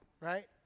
Right